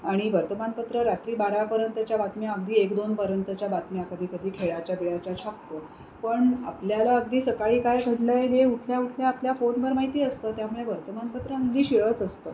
आणि वर्तमानपत्र रात्री बारापर्यंतच्या बातम्या अगदी एक दोनपर्यंतच्या बातम्या कधी कधी खेळाच्या बिळाच्या छापतो पण आपल्याला अगदी सकाळी काय घडलं आहे हे उठल्या उठल्या आपल्या फोनवर माहिती असतं त्यामुळे वर्तमानपत्र अगदी शिळच असतं